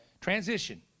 Transition